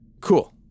Cool